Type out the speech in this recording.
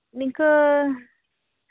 ᱱᱤᱝᱠᱟᱹ